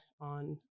on